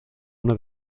una